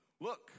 Look